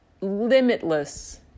limitless